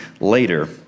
later